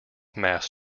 mass